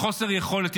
הוא חוסר יכולת.